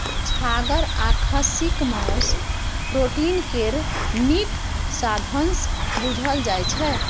छागर आ खस्सीक मासु प्रोटीन केर नीक साधंश बुझल जाइ छै